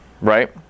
right